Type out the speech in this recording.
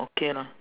okay lor